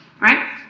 Right